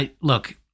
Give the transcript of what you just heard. Look